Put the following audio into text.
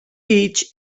beach